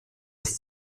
des